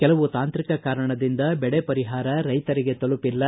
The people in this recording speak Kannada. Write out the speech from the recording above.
ಕೆಲವು ತಾಂತ್ರಿಕ ಕಾರಣದಿಂದ ಬೆಳೆ ಪರಿಹಾರ ರೈತರಿಗೆ ತಲುಪಿಲ್ಲ